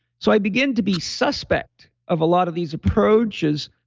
so i began to be suspect of a lot of these approaches,